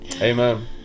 Amen